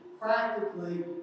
practically